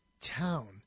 town